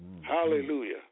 Hallelujah